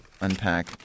unpack